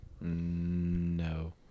No